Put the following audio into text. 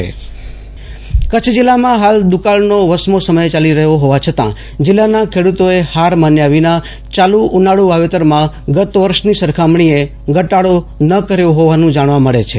આસુતોષ અંતાણી કરછ જીલ્લામાં દુકાળ નો વસમો સમય ચાલી રહ્યો હોવા છતાં જીલ્લા ના ખેડૂતોએ હાર માન્યા વિના ચાલુ ઉનાળુ વાવેતરમાં ગત વર્ષની સરખામણીએ ધટાડો ન કર્યો હોવાનું જાણવા મળે છે